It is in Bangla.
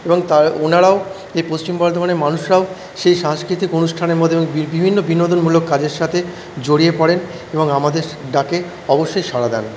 এবং তার ওনারাও এই পশ্চিম বর্ধমানের মানুষরাও সেই সাংস্কৃতিক অনুষ্ঠানের মাধ্যমে বিভিন্ন বিনোদনমূলক কাজের সাথে জড়িয়ে পড়েন এবং আমাদের ডাকে অবশ্যই সাড়া দেন